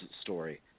story